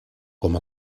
com